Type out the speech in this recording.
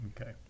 Okay